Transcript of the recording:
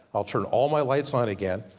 i'll turn all my lights on again,